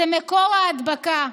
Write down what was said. זה מקור ההדבקה.